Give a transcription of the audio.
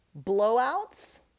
blowouts